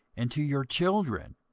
and to your children,